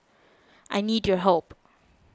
I need your help